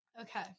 Okay